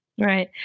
Right